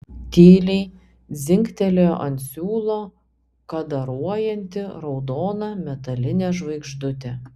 tyliai dzingtelėjo ant siūlo kadaruojanti raudona metalinė žvaigždutė